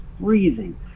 freezing